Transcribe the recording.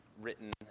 written